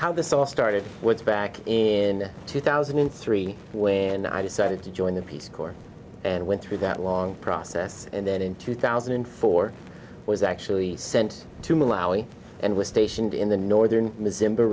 how this all started back in two thousand and three when i decided to join the peace corps and went through that long process and then in two thousand and four i was actually sent to malawi and was stationed in the northern re